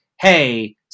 hey